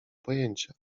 pojęcia